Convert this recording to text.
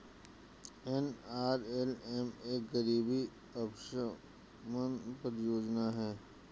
NRLM एक गरीबी उपशमन परियोजना है